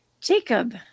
jacob